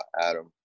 Adam